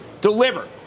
deliver